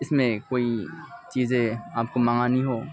اس میں کوئی چیزے آپ کو منگانی ہو